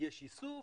יש ייסוף,